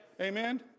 Amen